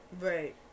Right